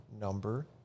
number